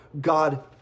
God